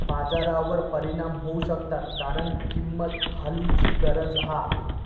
बाजारावर परिणाम होऊ शकता कारण किंमत हलवूची गरज हा